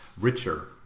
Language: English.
richer